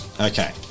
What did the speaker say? Okay